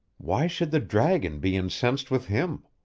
why should the dragon be incensed with him?